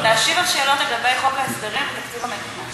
להשיב על שאלות לגבי חוק ההסדרים ותקציב המדינה.